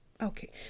Okay